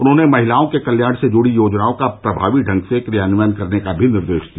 उन्होंने महिलाओं के कल्याण से जुड़ी योजनाओं का प्रभावी ढंग से क्रियान्वयन करने का निर्देश भी दिया